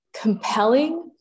compelling